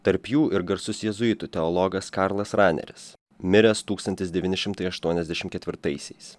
tarp jų ir garsus jėzuitų teologas karlas raneris miręs tūkstantis devyni šimtai aštuoniasdešimt ketvirtaisiais